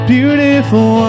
Beautiful